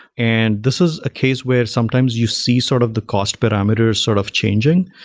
and this is a case where sometimes you see sort of the cost parameters sort of changing,